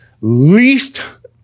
least